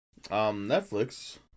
Netflix